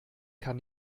kann